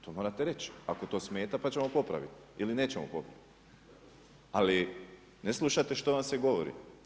To morate reći ako to smeta pa ćemo popraviti ili nećemo popraviti, ali ne slušate što vam se govori.